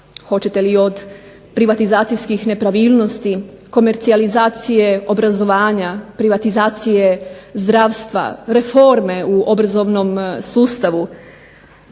hoćete li od privatizacijskih nepravilnosti, komercijalizacije obrazovanja, privatizacije zdravstva, reforme u obrazovnom sustavu,